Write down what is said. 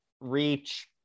reach